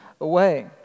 away